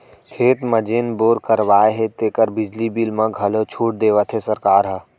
खेत म जेन बोर करवाए हे तेकर बिजली बिल म घलौ छूट देवत हे सरकार ह